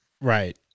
Right